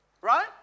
Right